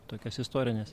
tokias istorines